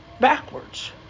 backwards